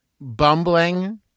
bumbling